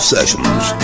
Sessions